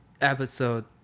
episode